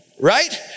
Right